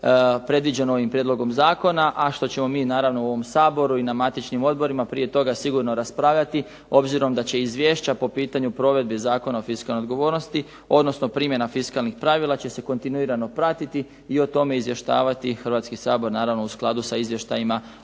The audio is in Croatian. predviđeno ovim prijedlogom zakona, a što ćemo mi naravno u ovom Saboru i na matičnim odborima prije toga sigurno raspravljati, obzirom da će izvješća po pitanju provedbe Zakona o fiskalnoj odgovornosti odnosno primjena fiskalnih pravila će se kontinuirano pratiti i o tome izvještavati Hrvatski sabor, naravno u skladu sa izvještajima o izvršavanju